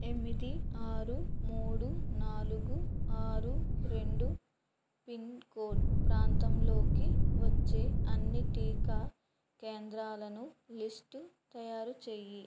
ఎనిమిది ఆరు మూడు నాలుగు ఆరు రెండు పిన్కోడ్ ప్రాంతంలోకి వచ్చే అన్ని టీకా కేంద్రాల లిస్టు తయారు చేయి